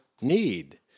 need